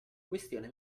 questione